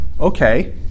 okay